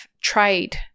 trade